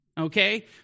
Okay